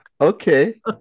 okay